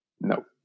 No